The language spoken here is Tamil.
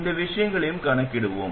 அந்த விஷயங்களையும் கணக்கிடுவோம்